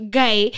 guy